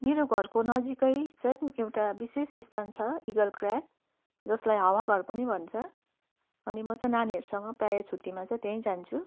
मेरो घरको नजिकै चाहिँ एउटा विशेष स्थान छ इगल क्र्याक जसलाई हावाघर पनि भन्छ अनि म चाहिँ नानीहरूसँग प्राय छुट्टीमा चाहिँ त्यही जान्छु